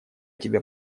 тебе